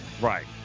Right